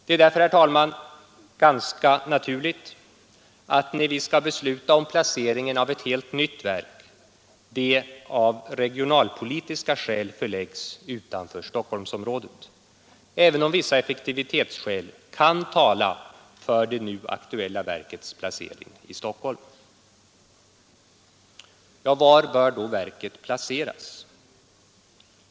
Det är därför, herr talman, ganska naturligt att när vi skall besluta om placeringen av ett helt nytt verk detta av regionalpolitiska skäl förläggs utanför Stockholmsområdet, även om vissa effektivitetsskäl kan tala för det nu aktuella verkets placering i Stockholm. Var bör då verket placeras?